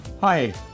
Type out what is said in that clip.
Hi